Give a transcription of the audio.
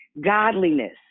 godliness